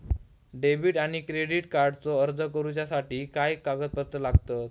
Debit आणि credit कार्डचो अर्ज करुच्यासाठी काय कागदपत्र लागतत?